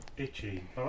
Itchy